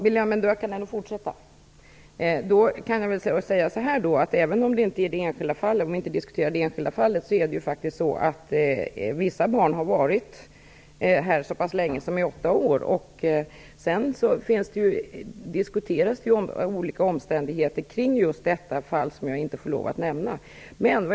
Herr talman! Även om vi då inte diskuterar det enskilda fallet kan vi konstatera att vissa barn har varit här så pass länge som i åtta år. Det förs ju också en diskussion vad gäller olika omständigheter i det enskilda fall som jag inte får lov att nämna.